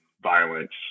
violence